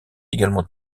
également